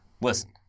Listen